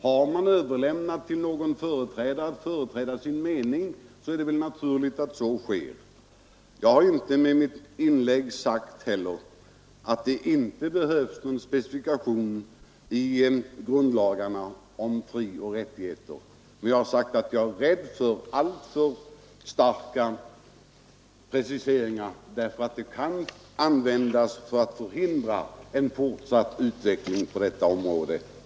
Har man överlämnat till någon att företräda ens mening är det naturligt att denna också gör det! Jag har inte heller sagt med mitt inlägg att det inte behövs någon specifikation i grundlagarna av frioch rättigheter, men jag har sagt att jag är rädd för alltför starka preciseringar — därför att de kan användas till att förhindra en fortsatt utveckling på detta område.